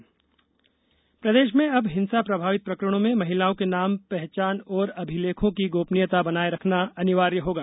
महिला न्याय प्रदेश में अब हिंसा प्रभावित प्रकरणों में महिलाओं के नाम पहचान और अभिलेखों की गोपनीयता बनाए रखना अनिवार्य होगा